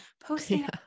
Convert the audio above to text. posting